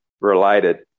related